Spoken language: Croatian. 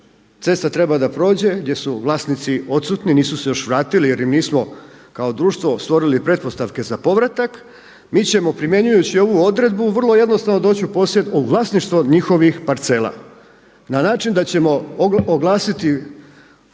cesta treba da prođe, gdje su vlasnici odsutni, nisu se još vratili jer im nismo kao društvo stvorili pretpostavke za povratak, mi ćemo primjenjujući ovu odredbu vrlo jednostavno doći u posjed, u vlasništvo njihovih parcela na način da ćemo oglasiti